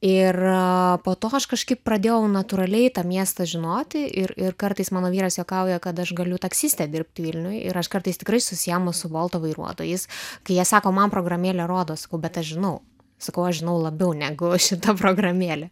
ir po to aš kažkaip pradėjau natūraliai tą miestą žinoti ir ir kartais mano vyras juokauja kad aš galiu taksiste dirbti vilniuje ir aš kartais tikrai susiimu su bolto vairuotojais kai jie sako man programėlė rodo sakau bet aš žinau sakau aš žinau labiau negu šita programėlė